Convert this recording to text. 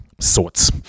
Sorts